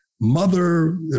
Mother